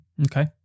Okay